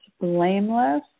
blameless